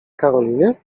karolinie